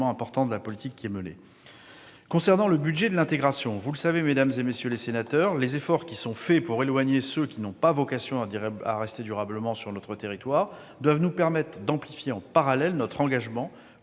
important de la politique menée. S'agissant du budget de l'intégration, vous le savez, mesdames, messieurs les sénateurs, les efforts qui sont accomplis pour éloigner ceux qui n'ont pas vocation à rester durablement sur notre territoire doivent nous permettre d'amplifier, en parallèle, notre engagement